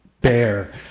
bear